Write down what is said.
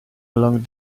along